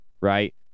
right